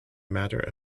matter